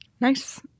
Nice